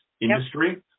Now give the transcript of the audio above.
industry